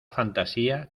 fantasía